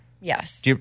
Yes